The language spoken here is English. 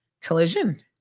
collision